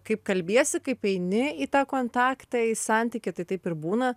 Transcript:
kaip kalbiesi kaip eini į tą kontaktą į santykį tai taip ir būna